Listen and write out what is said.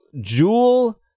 Jewel